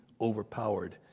overpowered